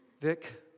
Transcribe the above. Vic